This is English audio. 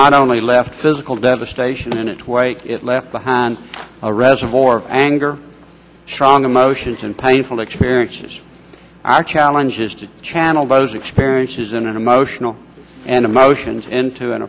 not only left physical devastation it was left behind a reservoir of anger strong emotions and painful experiences are challenges to channel those experiences and emotional and emotions into an